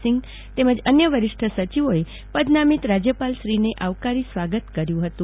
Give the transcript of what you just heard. સિંઘ તેમજ અન્ય વરિષ્ઠ સચિવોએ પદનામિત રાજ્યપાલ શ્રી ને આવકારી સ્વાગત કર્યું હતું